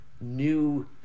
new